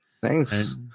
Thanks